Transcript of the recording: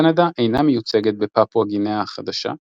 קנדה אינה מיוצגת בפפואה גינאה החדשה,